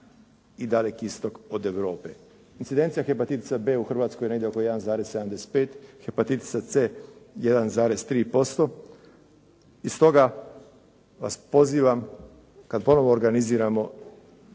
i Daleki Istok od Europe. Incidencija hepatitisa B u Hrvatskoj je negdje oko 1,75, hepatitisa C 1,3% i stoga vas pozivam kad ponovo organiziramo